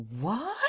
What